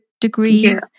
degrees